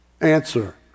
Answer